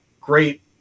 great